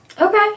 Okay